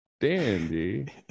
dandy